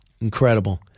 Incredible